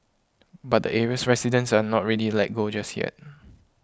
but the area's residents are not ready let go just yet